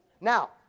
Now